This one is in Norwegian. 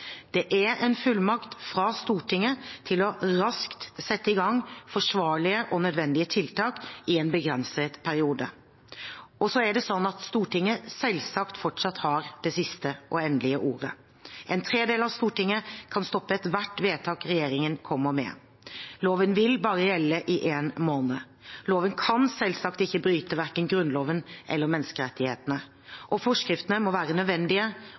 Det er en fullmakt fra Stortinget til raskt å sette i gang forsvarlige og nødvendige tiltak i en begrenset periode. Stortinget har selvsagt fortsatt det siste og endelige ordet. En tredel av Stortinget kan stoppe ethvert vedtak regjeringen kommer med. Loven vil bare gjelde i én måned. Loven kan selvsagt ikke bryte verken Grunnloven eller menneskerettighetene. Forskriftene må være nødvendige,